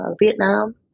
Vietnam